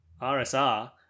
R-S-R